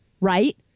Right